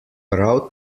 prav